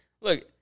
Look